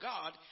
God